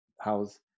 house